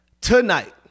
tonight